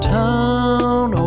town